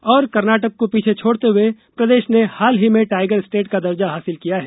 और कर्नाटक को पीछे छोडते हुए प्रदेश ने हाल ही में टाइगर स्टेट का दर्जा हासिल किया है